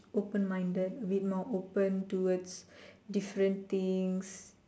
open minded abit more open towards different things